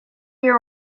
your